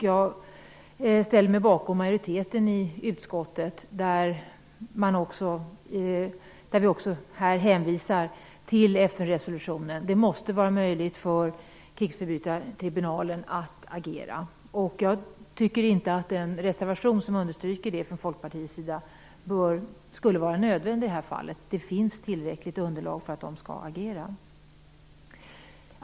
Jag ställer mig bakom majoriteten i utskottet som hänvisar till FN-resolutionen. Det måste vara möjligt för krigsförbrytartribunalen att agera. Jag tycker inte att den reservation från Folkpartiet som understryker det borde vara nödvändig i det här fallet. Det finns tillräckligt underlag för att man skall kunna agera.